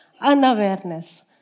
Unawareness